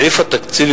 בסעיף התקציב,